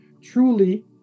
Truly